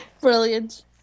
Brilliant